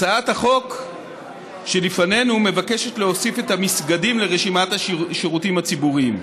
הצעת החוק שלפנינו מבקשת להוסיף את המסגדים לרשימת השירותים הציבוריים.